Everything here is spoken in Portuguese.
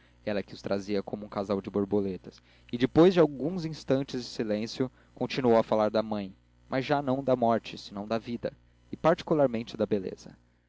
ela que os trazia como um casal de borboletas e depois de alguns instantes de silêncio continuou a falar da mãe mas já não da morte senão da vida e particularmente da beleza